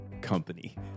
company